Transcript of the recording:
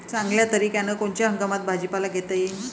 चांगल्या तरीक्यानं कोनच्या हंगामात भाजीपाला घेता येईन?